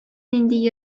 нинди